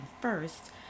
first